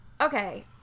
Okay